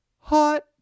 Hot